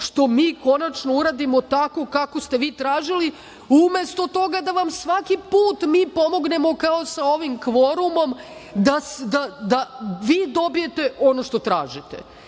što mi konačno uradimo tako kako ste vi tražili, umesto toga da vam svaki put mi pomognemo kao sa ovim kvorumom da vi dobijete ono što tražite. Ja